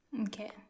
Okay